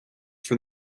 for